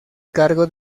cargo